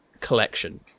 collection